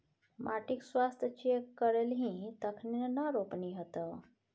माटिक स्वास्थ्य चेक करेलही तखने न रोपनी हेतौ